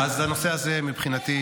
יש כאן תושבים,